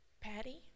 Patty